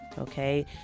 okay